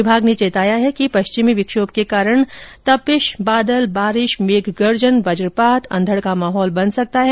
विभाग ने चेताया है कि पश्चिमी विक्षोभ के कारण तपिश बादल बारिश मेघ गर्जन वज्रपात अंधड़ का माहौल बन सकता है